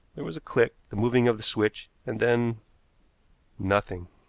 there was a click, the moving of the switch, and then nothing.